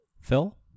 Phil